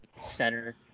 center